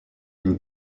une